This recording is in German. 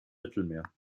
mittelmeer